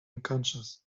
unconscious